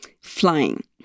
flying